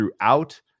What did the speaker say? throughout